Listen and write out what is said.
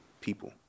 people